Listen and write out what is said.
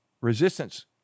resistance